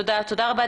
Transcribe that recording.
תודה רבה.